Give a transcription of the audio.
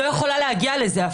לא יכולה להגיע לזה.